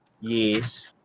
Yes